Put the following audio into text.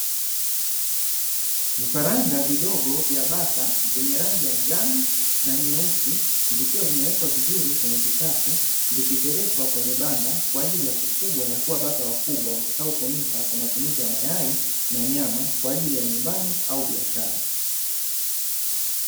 Vifaranga vidogo vya bata vyenye rangi ya ngano na nyeusi vikiwa vimewekwa vizuri kwenye kikapu, vikipelekwa kwenye banda kwa ajili ya kufugwa na kua bata wakubwa watakao tumika kwa matumizi ya mayai na nyama kwa ajili ya nyumbani au biashara.